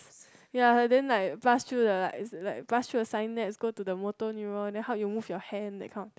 ya then like brushed through the like like brushed through the synapse go to the motor neurons and then how you move your hand that kind of thing